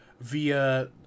via